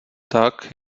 tak